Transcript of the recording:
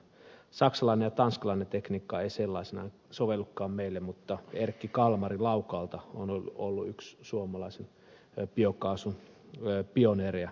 saksalainen ja tanskalainen tekniikka ei sellaisenaan sovellukaan meille mutta erkki kalmari laukaalta on ollut yksi suomalaisbiokaasun pioneerejä